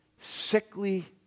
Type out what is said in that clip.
sickly